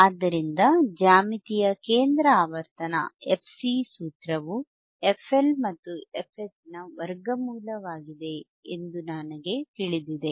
ಆದ್ದರಿಂದ ಜ್ಯಾಮಿತೀಯ ಕೇಂದ್ರ ಆವರ್ತನ fC ಸೂತ್ರವು fL ಮತ್ತು fH ನ ವರ್ಗಮೂಲವಾಗಿದೆ ಎಂದು ನಮಗೆ ತಿಳಿದಿದೆ